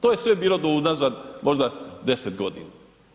To je sve bilo do unazad možda 10 godina.